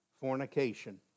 fornication